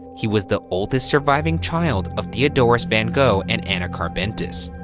he was the oldest surviving child of theodorious van gogh, and anna carbentus.